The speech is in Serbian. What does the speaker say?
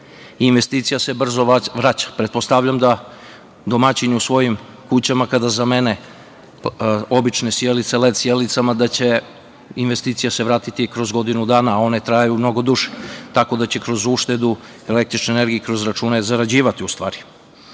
Investicija se brzo vraća. Pretpostavljam da domaćini u svojim kućama kada zamene obične sijalice led sijalicama da će im se investicija vratiti kroz godinu dana, a one traju mnogo druže. Tako da će kroz uštedu električne energije i kroz račune zarađivati, u stvari. Što